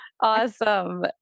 Awesome